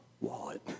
wallet